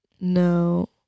no